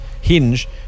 hinge